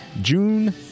june